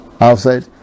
outside